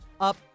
up